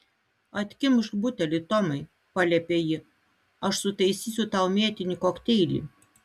atkimšk butelį tomai paliepė ji aš sutaisysiu tau mėtinį kokteilį